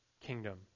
kingdom